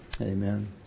Amen